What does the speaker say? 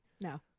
No